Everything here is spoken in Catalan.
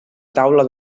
taula